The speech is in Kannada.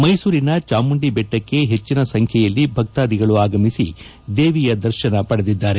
ಮೈಸೂರಿನ ಚಾಮುಂಡಿಬೆಟ್ಟಕ್ಕೆ ಹೆಚ್ಚಿನ ಸಂಖ್ಯೆಯಲ್ಲಿ ಭಕ್ತಾಧಿಗಳು ಆಗಮಿಸಿ ದೇವಿ ದರ್ಶನ ಪಡೆದಿದ್ದಾರೆ